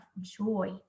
joy